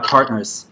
Partners